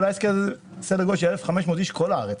כל העסק הזה מצריך סדר גודל של 1,500 איש בכל הארץ.